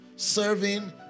Serving